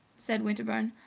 said winterbourne.